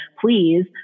please